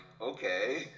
okay